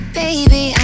baby